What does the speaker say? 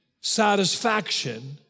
satisfaction